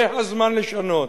זה הזמן לשנות.